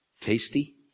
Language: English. tasty